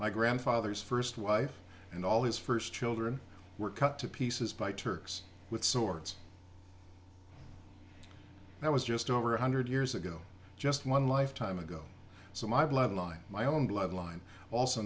my grandfather's first wife and all his first children were cut to pieces by turks with swords that was just over one hundred years ago just one lifetime ago so my bloodline my own bloodline also